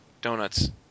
donuts